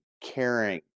caring